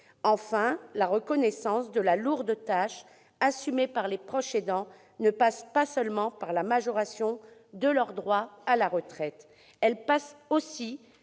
Enfin, la reconnaissance de la lourde tâche assumée par les proches aidants passe non pas seulement par la majoration de leurs droits à retraite, mais aussi